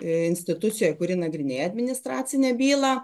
institucija kuri nagrinėja administracinę bylą